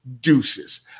Deuces